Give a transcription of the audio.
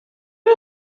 are